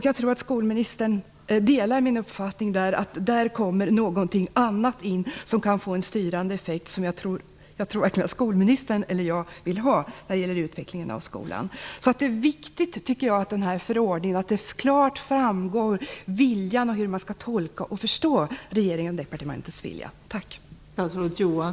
Jag tror att skolministern delar min uppfattning att det då kommer in någonting annat som kan få en styrande effekt som jag tror att varken skolministern eller jag vill ha när det gäller utvecklingen av skolan. Det är viktigt att det i den här förordningen klart framgår hur man skall tolka och förstå regeringens och departementets vilja. Tack!